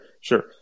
sure